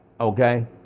Okay